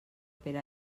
per